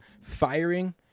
firing